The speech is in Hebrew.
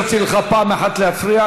אני אפשרתי לך פעם אחת להפריע,